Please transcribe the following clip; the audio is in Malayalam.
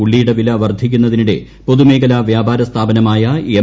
ഉള്ളിയുടെ വില വർദ്ധിക്കുന്നതിനിടെ പൊതുമേഖലാ വ്യാപാര സ്ഥാപനമായ എം